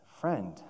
friend